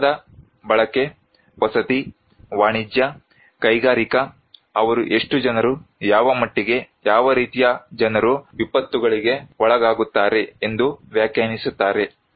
ಕಟ್ಟಡದ ಬಳಕೆ ವಸತಿ ವಾಣಿಜ್ಯ ಕೈಗಾರಿಕಾ ಅವರು ಎಷ್ಟು ಜನರು ಯಾವ ಮಟ್ಟಿಗೆ ಯಾವ ರೀತಿಯ ಜನರು ವಿಪತ್ತುಗಳಿಗೆ ಒಳಗಾಗುತ್ತಾರೆ ಎಂದು ವ್ಯಾಖ್ಯಾನಿಸುತ್ತಾರೆ